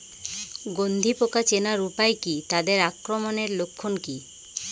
গন্ধি পোকা চেনার উপায় কী তাদের আক্রমণের লক্ষণ কী?